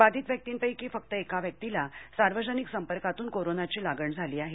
बाधित व्यक्तींपैकी फक्त एका व्यक्तीला सार्वजनिक संपर्कातन कोरोनाची लागण झाली आहे